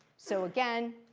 so again,